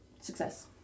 Success